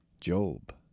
Job